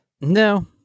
No